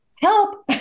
help